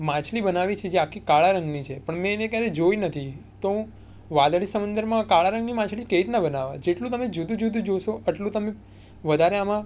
માછલી બનાવવી છે જે આખી કાળા રંગની છે પણ મેં એને ક્યારે જોઈ નથી તો હુ વાદળી સમંદરમાં કાળા રંગની માછલી કેવી રીતના બનાવવા જેથી તમે જુદું જુદું જોશો એટલું તમને વધારે આમાં